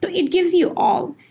but it gives you all.